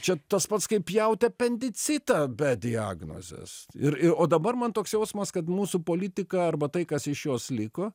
čia tas pats kaip pjauti apendicitą be diagnozės ir o dabar man toks jausmas kad mūsų politika arba tai kas iš jos liko